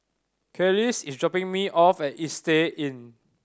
Kelis is dropping me off at Istay Inn